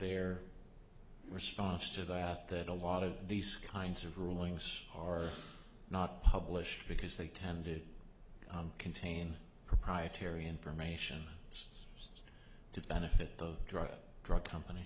their response to that that a lot of these kinds of rulings are not published because they tend to contain proprietary information to benefit the drug drug compan